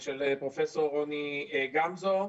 של פרופ' רוני גמזו.